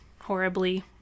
horribly